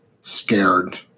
Scared